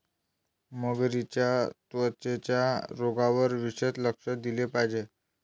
मगरींच्या त्वचेच्या रोगांवर विशेष लक्ष दिले पाहिजे